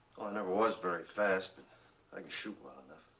never was very fast, but i can shoot well enough.